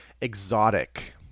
exotic